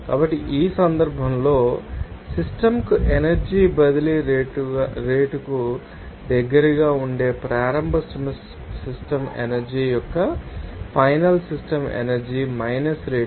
కాబట్టి ఈ సందర్భంలో సిస్టమ్ కు ఎనర్జీ బదిలీ రేటుకు దగ్గరగా ఉండే ప్రారంభ సిస్టమ్ ఎనర్జీ యొక్క ఫైనల్ సిస్టమ్ ఎనర్జీ మైనస్ రేటుకు